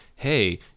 Hey